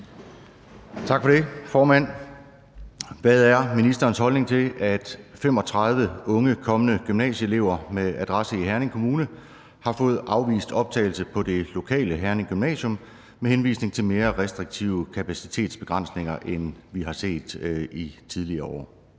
Tak for det, formand. Hvad er ministerens holdning til, at 35 unge kommende gymnasieelever med adresse i Herning Kommune har fået afvist optagelse på det lokale Herning Gymnasium med henvisning til mere restriktive kapacitetsbegrænsninger, end vi har set i tidligere år?